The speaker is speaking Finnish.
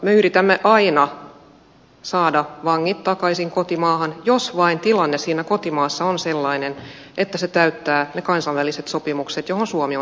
me yritämme aina saada vangit takaisin kotimaahan jos vain tilanne siinä kotimaassa on sellainen että se täyttää ne kansainväliset sopimukset joihin suomi on sitoutunut